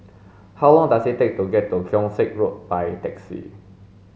how long does it take to get to Keong Saik Road by taxi